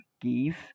geese